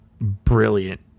brilliant